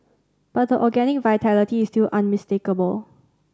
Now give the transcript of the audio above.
but the organic vitality is still unmistakable